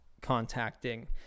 contacting